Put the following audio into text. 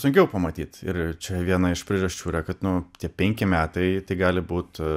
sunkiau pamatyt ir čia viena iš priežasčių yra kad nu tie penki metai tai gali būt